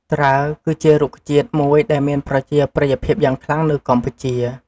ត្រាវគឺជារុក្ខជាតិមួយដែលមានប្រជាប្រិយភាពយ៉ាងខ្លាំងនៅកម្ពុជា។